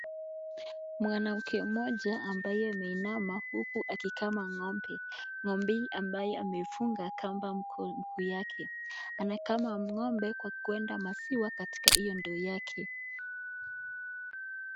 Mwanamke mmoja ambaye ameinama, huku akikama ng'ombe , ng'ombe hii ambayo ameifunga kamba mguu yake, anakama ng'ombe kwa kuweka maziwa katika hio ndoo yake.